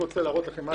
חשוב.